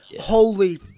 holy